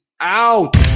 out